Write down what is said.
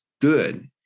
good